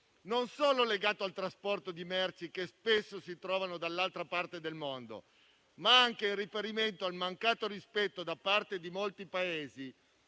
non solo al trasporto di merci che spesso si trovano dall'altra parte del mondo, ma anche al mancato rispetto, da parte di molti Paesi